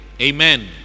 Amen